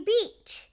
Beach